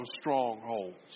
strongholds